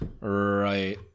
Right